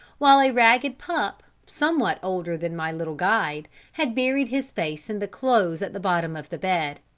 while a ragged pup, somewhat older than my little guide, had buried his face in the clothes at the bottom of the bed.